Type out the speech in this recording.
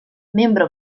membre